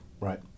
Right